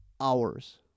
hours